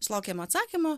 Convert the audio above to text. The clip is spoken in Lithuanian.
sulaukėm atsakymo